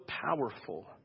powerful